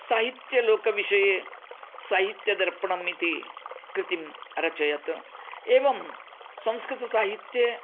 साहित्यलोकविषये साहित्यदर्पणम् इति कृतिम् अरचयत् एवं संस्कृत साहित्ये